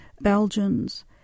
Belgians